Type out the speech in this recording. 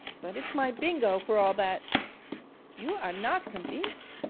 but it's my bingo for all that you are not convince?